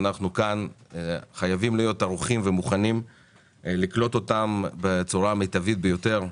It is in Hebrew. אנחנו כאן חייבים להיות ערוכים ומוכנים לקלוט אותם בצורה המיטבית ביותר.